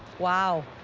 wow.